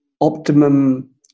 optimum